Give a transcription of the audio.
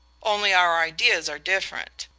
only our ideas are different.